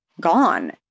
gone